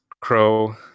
Crow